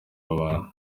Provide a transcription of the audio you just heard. abantu